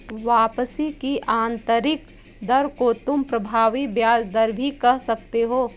वापसी की आंतरिक दर को तुम प्रभावी ब्याज दर भी कह सकते हो